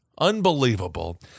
Unbelievable